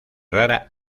rara